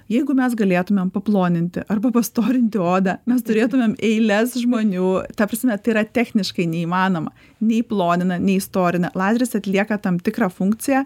jeigu mes galėtumėm paploninti arba pastorinti odą mes turėtumėm eiles žmonių ta prasme tai yra techniškai neįmanoma nei plonina nei storina laineris atlieka tam tikrą funkciją